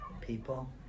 people